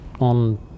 on